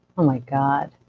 oh, my god,